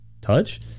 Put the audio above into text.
touch